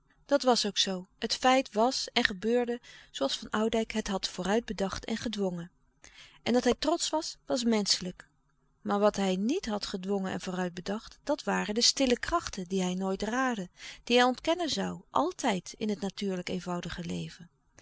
dat was ook zoo het feit was en gebeurde zooals van oudijck het had vooruit bedacht en gedwongen en dat hij trotsch was was menschelijk maar wat hij niet had gedwongen en vooruit bedacht dat waren de stille krachten die hij nooit raadde die hij ontkennen zoû altijd in het natuurlijk eenvoudige leven